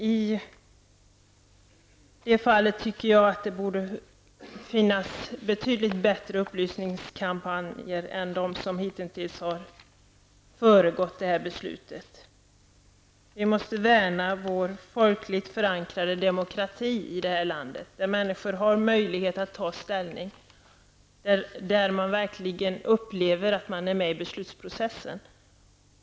I det fallet tycker att det borde finnas betydligt bättre upplysningskampanjer än vad som hittills har förekommit. Vi måste värna om vår folkligt förankrade demokrati i det här landet, där människor har möjlighet att ta ställning, där människor verkligen upplever att de är med i beslutsprocessen.